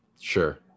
Sure